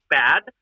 bad